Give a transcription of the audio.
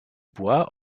bois